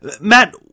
Matt